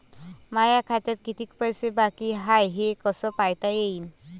माया खात्यात कितीक पैसे बाकी हाय हे कस पायता येईन?